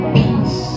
peace